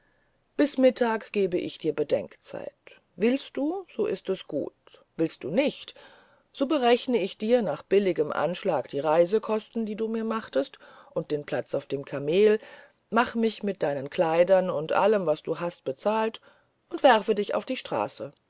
bis mittag gebe ich dir bedenkzeit willst du so ist es gut willst du nicht so berechne ich dir nach billigem anschlag die reisekosten die du mir machtest und den platz auf dem kamel mache mich mit deinen kleidern und allem was du hast bezahlt und werfe dich auf die straße